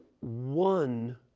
one